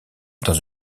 dans